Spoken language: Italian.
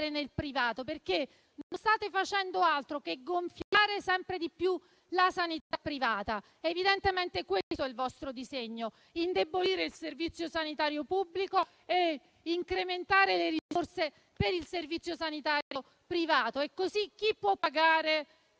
nel privato, perché non state facendo altro che gonfiare sempre di più la sanità privata. Evidentemente questo è il vostro disegno: indebolire il servizio sanitario pubblico e incrementare le risorse per il servizio sanitario privato, in modo che chi può pagare